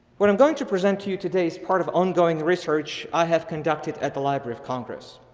what i'm going to present to you today is part of ongoing research, i have conducted at the library of congress.